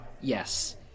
Yes